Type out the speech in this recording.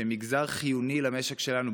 שהם מגזר חיוני למשק שלנו,